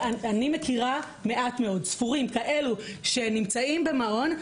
אני מכירה מעט מאוד, ספורים, כאלו שנמצאים במעון.